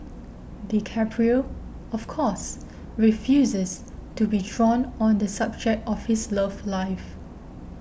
DiCaprio of course refuses to be drawn on the subject of his love life